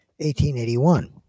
1881